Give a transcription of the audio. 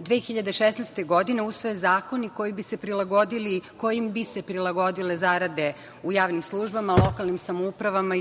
2016. godine usvoje zakoni kojim bi se prilagodile zarade u javnim službama, lokalnim samoupravama